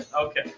Okay